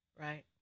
right